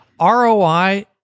ROI